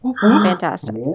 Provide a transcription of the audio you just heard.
Fantastic